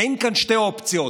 אין כאן שתי אופציות: